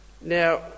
Now